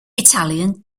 italian